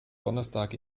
donnerstag